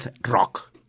Rock